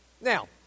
Now